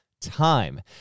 time